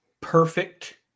perfect